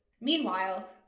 Meanwhile